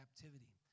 captivity